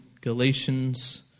Galatians